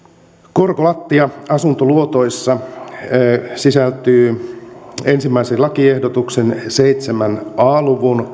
korkolattia asuntoluotoissa sisältyy ensimmäisen lakiehdotuksen seitsemän a luvun